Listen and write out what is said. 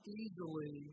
easily